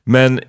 Men